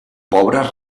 pobres